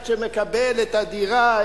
עד שמקבל את הדירה,